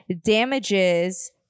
damages